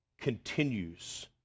continues